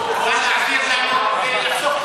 אתה מוכן להעביר לנו ולחסוך?